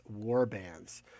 warbands